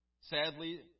sadly